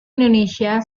indonesia